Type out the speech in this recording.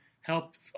helped